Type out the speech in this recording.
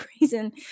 reason